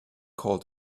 call